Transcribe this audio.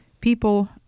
people